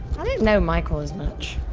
i didn't know michael as much.